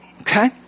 okay